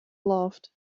loved